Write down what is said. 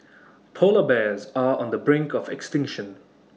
Polar Bears are on the brink of extinction